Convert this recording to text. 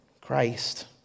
Christ